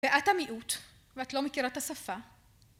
ואת המיעוט, ואת לא מכירה את השפה.